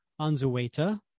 Anzueta